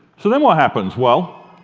so then what happens? well,